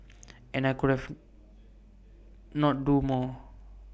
and I could have not do more